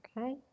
okay